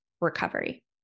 recovery